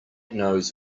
knows